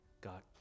God